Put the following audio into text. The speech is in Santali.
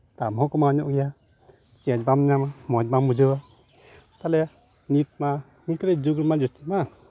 ᱫᱟᱢ ᱦᱚᱸ ᱠᱚᱢᱟᱣ ᱧᱚᱜ ᱜᱮᱭᱟ ᱪᱮᱧᱡᱽ ᱵᱟᱢ ᱧᱟᱢᱟ ᱢᱚᱡᱽ ᱵᱟᱢ ᱵᱩᱡᱷᱟᱹᱣᱟ ᱛᱟᱞᱚᱦᱮ ᱱᱤᱛ ᱢᱟ ᱱᱤᱛ ᱨᱮ ᱡᱩᱜᱽ ᱨᱮᱱᱟᱜ ᱡᱟᱹᱥᱛᱤ ᱢᱟ